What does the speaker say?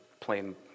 plain